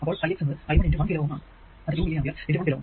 അപ്പോൾ V x എന്നത് I1 × 1 kilo Ω അത് 2 മില്ലി ആംപിയർ × 1 കിലോ Ω